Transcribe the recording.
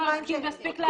כל מה שמספיק לה הכסף.